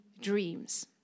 dreams